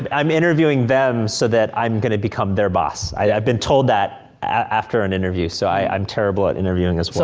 and i'm interviewing them, so that i'm gonna become their boss. i've been told that after an interview, so i'm terrible at interviewing as well.